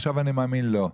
עכשיו אני מאמין לו.